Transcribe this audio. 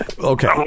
okay